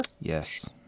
Yes